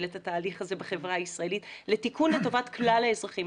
את התהליך הזה בחברה הישראלית לתיקון לטובת כלל האזרחים.